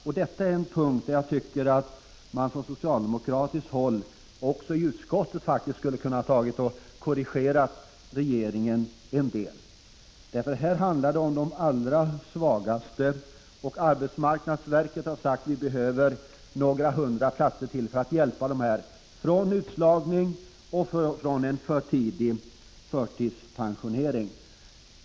Och detta är en punkt där man från socialdemokratiskt håll i utskottet borde ha korrigerat regeringen en del. Här handlar det ju om de allra svagaste, och arbetsmarknadsverket har sagt att man behöver några hundra platser till för att hjälpa dessa människor från utslagning och från en förtidspensionering.